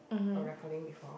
a recording before